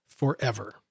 forever